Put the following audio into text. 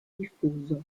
diffuso